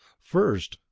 first,